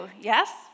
yes